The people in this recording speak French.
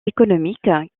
économique